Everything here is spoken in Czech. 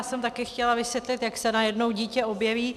Já jsem také chtěla vysvětlit, jak se najednou dítě objeví.